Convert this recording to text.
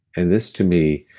and this, to me.